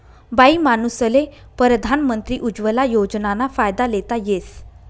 बाईमानूसले परधान मंत्री उज्वला योजनाना फायदा लेता येस